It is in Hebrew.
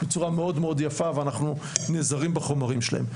בצורה מאוד מאוד יפה ואנחנו נעזרים בחומרים שלהם,